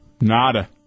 Nada